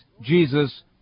Jesus